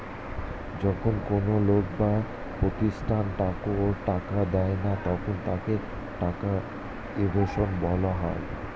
যখন কোন লোক বা প্রতিষ্ঠান ট্যাক্সের টাকা দেয় না তখন তাকে ট্যাক্স ইভেশন বলা হয়